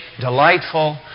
delightful